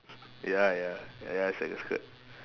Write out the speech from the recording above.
ya ya ya it's like a skirt